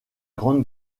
grande